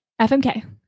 FMK